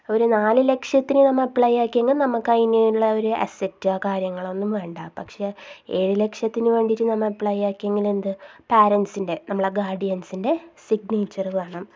ഒരു നാല് ലക്ഷത്തിനു നമ്മൾ അപ്ലൈ ആക്കിയതെങ്കിൽ നമുക്ക് അതിനുള്ള ഒരു അസറ്റ് കാര്യങ്ങളൊന്നും വേണ്ട പക്ഷെ ഏഴു ലക്ഷത്തിനു വേണ്ടിയിട്ട് നമ്മൾ അപ്ലൈ ആക്കിയെങ്കിൽ പാരൻസിൻ്റെ നമ്മളെ ഗാഡിയൻസിൻ്റെ സിഗ്നേച്ചർ വേണം